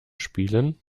spielen